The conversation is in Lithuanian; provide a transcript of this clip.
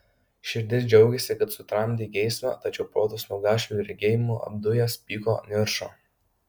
širdis džiaugėsi kad sutramdei geismą tačiau protas nuo gašlių regėjimų apdujęs pyko niršo